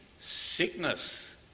sickness